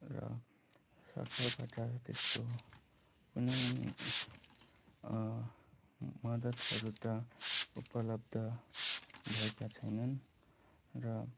र सरकारबाट त्यस्तो कुनै मदद्हरू त उपलब्ध भएको छैन र